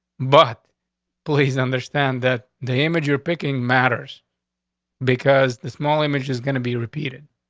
but please understand that the image you're picking matters because the small image is going to be repeated.